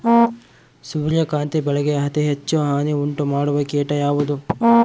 ಸೂರ್ಯಕಾಂತಿ ಬೆಳೆಗೆ ಅತೇ ಹೆಚ್ಚು ಹಾನಿ ಉಂಟು ಮಾಡುವ ಕೇಟ ಯಾವುದು?